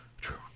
True